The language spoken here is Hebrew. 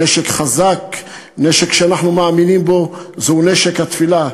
נשק חזק, נשק שאנחנו מאמינים בו, זהו נשק התפילה.